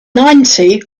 ninety